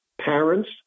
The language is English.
parents